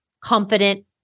confident